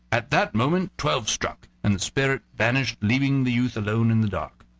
at that moment twelve struck, and the spirit vanished, leaving the youth alone in the dark.